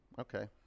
Okay